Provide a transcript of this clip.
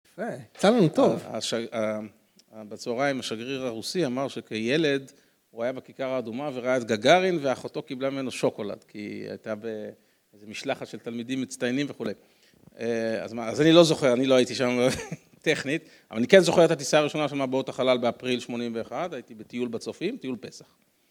יפה, יצא לנו טוב. בצהריים, השגריר הרוסי אמר שכילד הוא היה בכיכר האדומה וראה את גגארין ואחותו קיבלה ממנו שוקולד, כי היא הייתה באיזה משלחת של תלמידים מצטיינים וכולי. אז אני לא זוכר, אני לא הייתי שם טכנית, אבל אני כן זוכר את הטיסה הראשונה שמה באות החלל באפריל 81', הייתי בטיול בצופים, טיול פסח.